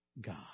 God